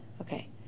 Okay